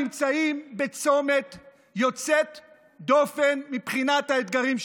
אנחנו נמצאים בצומת יוצא דופן מבחינת האתגרים,